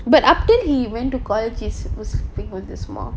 but after he went to college he was sleeping with his mom